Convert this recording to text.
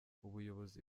ubuyobozi